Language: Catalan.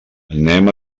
anem